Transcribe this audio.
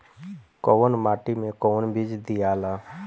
कौन माटी मे कौन बीज दियाला?